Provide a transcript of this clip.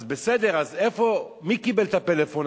אז בסדר, אז מי קיבל את הפלאפון?